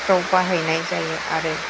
फ्राव बाहायनाय जायो आरो